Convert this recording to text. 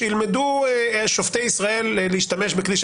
שילמדו שופטי ישראל להשתמש בכלי של